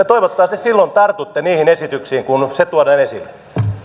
toivottavasti silloin tartutte niihin esityksiin kun se tuodaan esille